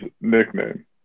nickname